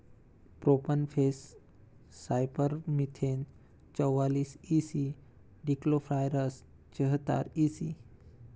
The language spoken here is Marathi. प्रोपनफेस सायपरमेथ्रिन चौवालीस इ सी डिक्लोरवास्स चेहतार ई.सी